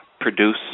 produce